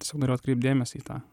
svarbu atkreipt dėmesį į tą